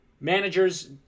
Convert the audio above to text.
Managers